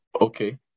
Okay